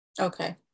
Okay